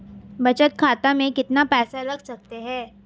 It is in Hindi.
बचत खाते में कितना पैसा रख सकते हैं?